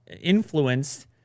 influenced